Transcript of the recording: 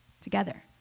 together